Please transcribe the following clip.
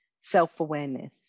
self-awareness